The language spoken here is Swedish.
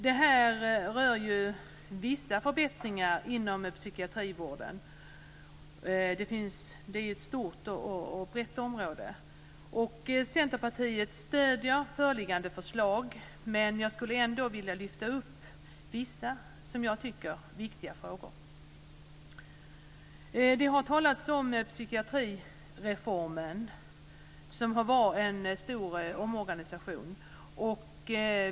Det gäller vissa förbättringar inom den psykiatriska vården, som är ett stort och brett område. Centerpartiet stöder föreliggande förslag, men jag skulle ändå vilja lyfta upp vissa, som jag tycker, viktiga frågor. Det har talats om psykiatrireformen, som var en stor omorganisation.